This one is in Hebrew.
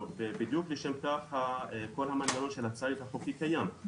בדיוק לשם כך כל המנגנון של הציד החוקי קיים.